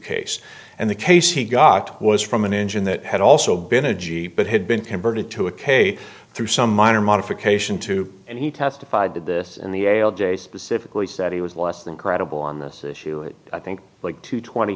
case and the case he got was from an engine that had also been a jeep but had been converted to a k through some minor modification to and he testified to this in the ail day specifically said he was less than credible on this issue i think like two twenty